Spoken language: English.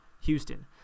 Houston